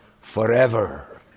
forever